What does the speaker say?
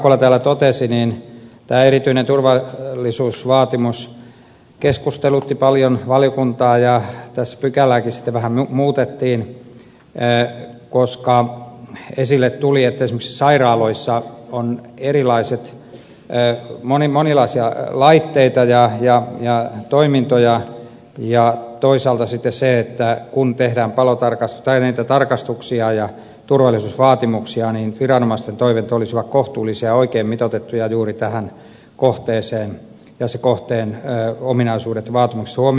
hakola täällä totesi tämä erityinen turvallisuusvaatimus keskustelutti paljon valiokuntaa ja tässä pykälääkin sitten vähän muutettiin koska esille tuli se että esimerkiksi sairaaloissa on monenlaisia laitteita ja toimintoja ja toisaalta se että kun tehdään tarkastuksia ja esitetään turvallisuusvaatimuksia viranomaisten toiveet olisivat kohtuullisia ja oikein mitoitettuja juuri tähän kohteeseen kohteen ominaisuudet vaatimuksissa huomioon ottaen